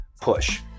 push